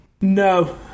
No